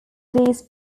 these